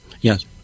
Yes